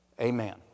Amen